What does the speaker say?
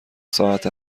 ساعت